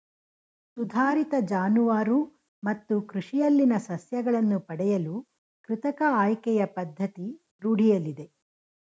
ಸುಧಾರಿತ ಜಾನುವಾರು ಮತ್ತು ಕೃಷಿಯಲ್ಲಿನ ಸಸ್ಯಗಳನ್ನು ಪಡೆಯಲು ಕೃತಕ ಆಯ್ಕೆಯ ಪದ್ಧತಿ ರೂಢಿಯಲ್ಲಿದೆ